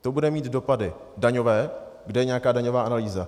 To bude mít dopady daňové kde je nějaká daňová analýza?